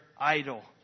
idol